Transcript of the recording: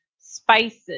spices